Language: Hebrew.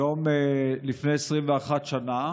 היום לפני 21 שנה